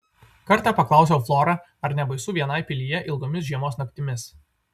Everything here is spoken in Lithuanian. kartą paklausiau florą ar nebaisu vienai pilyje ilgomis žiemos naktimis